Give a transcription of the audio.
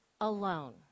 alone